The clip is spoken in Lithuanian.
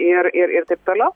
ir ir taip toliau